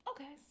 Okay